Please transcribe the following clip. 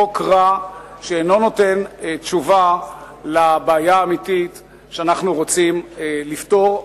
חוק רע שאינו נותן תשובה לבעיה האמיתית שאנחנו רוצים לפתור,